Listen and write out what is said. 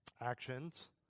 Actions